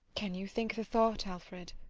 can you think the thought, alfred